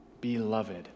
Beloved